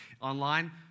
Online